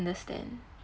I understand